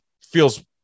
feels